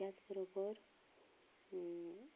त्याच बरोबर